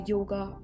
Yoga